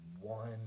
one